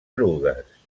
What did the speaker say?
erugues